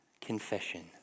confession